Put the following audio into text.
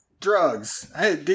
drugs